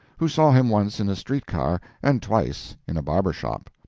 who saw him once in a street car and twice in a barber shop.